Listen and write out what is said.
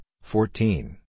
fourteen